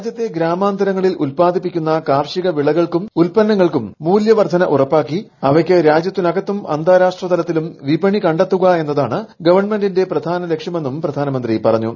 രാജ്യത്തെ ഗ്രാമാന്തരങ്ങളിൽ ഉൽപ്പാദിപ്പിക്കുന്ന കാർഷികവിളകൾ ക്കും ഉൽപ്പന്നങ്ങൾക്കും മൂല്യവർധന ഉറപ്പാക്കി അവയ്ക്ക് രാജ്യത്തിനകത്തും അന്താരാഷ്ട്രതലത്തിലും പിപണി കണ്ടെത്തുക എന്നതാണ് ഗവൺമെന്റിന്റെ പ്രധാന്റ് ലക്ഷ്യമെന്നും പ്രധാനമന്ത്രി പറഞ്ഞു